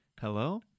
Hello